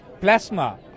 plasma